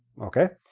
okay?